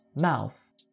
mouth